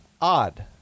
odd